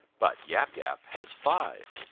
but yap yap has five,